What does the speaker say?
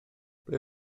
ble